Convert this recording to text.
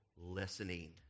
listening